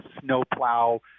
snowplow